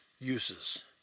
uses